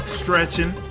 stretching